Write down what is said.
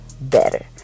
better